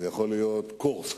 זה יכול להיות קורסק,